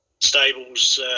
stables